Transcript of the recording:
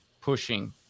pushing